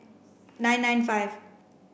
nine nine five